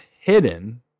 hidden